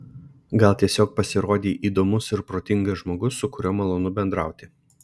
gal tiesiog pasirodei įdomus ir protingas žmogus su kuriuo malonu bendrauti